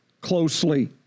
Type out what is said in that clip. closely